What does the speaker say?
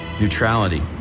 neutrality